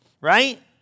right